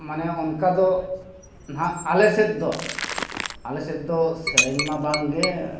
ᱢᱟᱱᱮ ᱚᱱᱠᱟ ᱫᱚ ᱱᱟᱦᱟᱜ ᱟᱞᱮ ᱥᱮᱫ ᱫᱚ ᱟᱞᱮ ᱥᱮᱫ ᱫᱚ ᱥᱮᱨᱮᱧ ᱢᱟ ᱵᱟᱝ ᱜᱮ